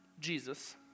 Jesus